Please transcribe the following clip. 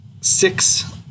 six